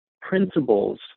principles